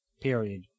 period